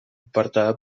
apartada